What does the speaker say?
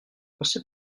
passer